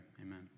amen